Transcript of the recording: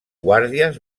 guàrdies